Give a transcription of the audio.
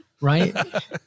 right